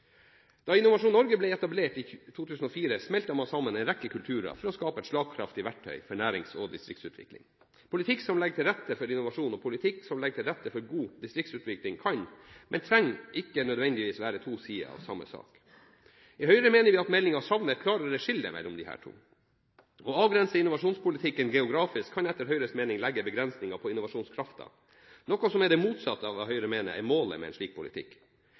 Da Innovasjon Norge ble etablert i 2004, smeltet man sammen en rekke kulturer for å skape et slagkraftig verktøy for nærings- og distriktsutvikling. Politikk som legger til rette for innovasjon, og politikk som legger til rette for distriktsutvikling, kan – men trenger ikke nødvendigvis – være to sider av samme sak. I Høyre mener vi at meldingen savner et klarere skille mellom disse to. Å avgrense innovasjonspolitikken geografisk kan etter Høyres mening legge begrensninger på innovasjonskraften, noe som er det motsatte av hva Høyre mener er målet med en slik politikk.